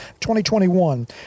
2021